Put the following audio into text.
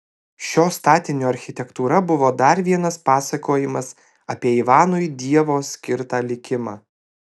šio statinio architektūra buvo dar vienas pasakojimas apie ivanui dievo skirtą likimą